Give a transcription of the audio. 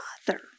Father